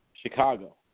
Chicago